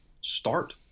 start